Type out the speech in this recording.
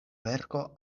verko